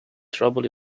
trouble